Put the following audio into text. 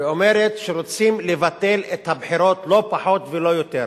ואומרת שרוצים לבטל את הבחירות, לא פחות ולא יותר,